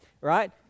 right